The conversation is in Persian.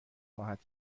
خواهد